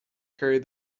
carried